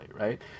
right